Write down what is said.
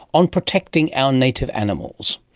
on protecting our native animals.